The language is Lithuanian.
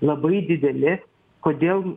labai dideli kodėl